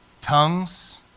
tongues